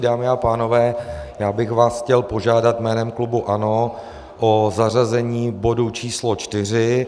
Dámy a pánové, já bych vás chtěl požádat jménem klubu ANO o zařazení bodu č. 4.